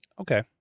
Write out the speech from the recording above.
okay